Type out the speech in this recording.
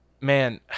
man